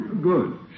Good